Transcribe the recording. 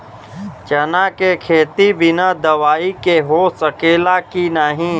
चना के खेती बिना दवाई के हो सकेला की नाही?